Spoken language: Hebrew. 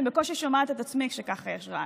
אני בקושי שומעת את עצמי כשככה יש רעש.